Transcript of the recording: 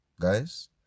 guys